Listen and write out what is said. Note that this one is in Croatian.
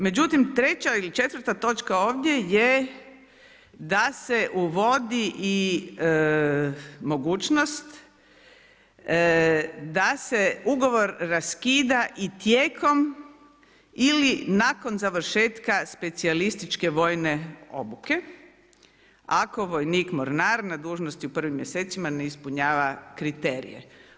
Međutim treća ili četvrta točka ovdje je da se uvodi i mogućnost da se ugovor raskida i tijekom ili nakon završetka specijalističke vojne obuke, ako vojnik mornar na dužnosti u prvim mjesecima ne ispunjava kriterije.